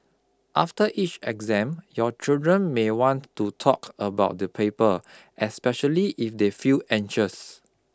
after each exam your children may want to talk about the paper especially if they feel anxious